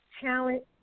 talent